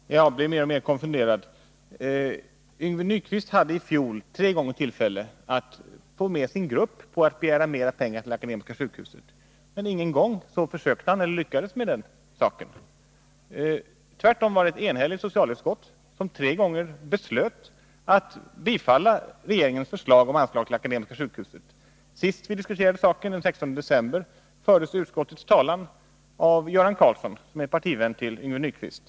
Herr talman! Jag blir mer och mer konfunderad. Yngve Nyquist hade i fjol tre tillfällen att få med sin grupp på att begära mera pengar till Akademiska sjukhuset. Men inte någon gång lyckades han med den saken. Tvärtom beslöt ett enhälligt socialutskott tre gånger att tillstyrka regeringens förslag om anslag till Akademiska sjukhuset. Senast vi diskuterade saken, den 16 december 1981, fördes utskottets talan av Göran Karlsson, som är en partivän till Yngve Nyquist.